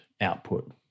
output